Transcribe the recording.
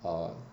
err